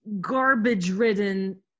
garbage-ridden